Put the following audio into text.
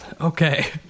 Okay